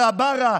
ברה,